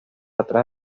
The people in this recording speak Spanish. atrás